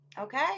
Okay